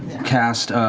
cast,